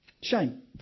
Shame